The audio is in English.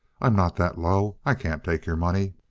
i'm not that low. i can't take your money!